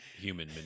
human